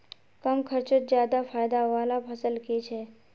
कम खर्चोत ज्यादा फायदा वाला फसल की छे?